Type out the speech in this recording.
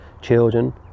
children